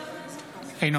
אינו